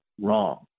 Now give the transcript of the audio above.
wrong